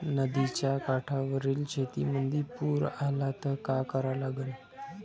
नदीच्या काठावरील शेतीमंदी पूर आला त का करा लागन?